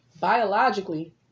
biologically